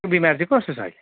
बिमारी चाहिँ कस्तो छ अहिले